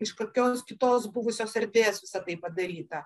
iš kokios kitos buvusios erdvės visa tai padaryta